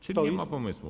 Czyli nie ma pomysłu.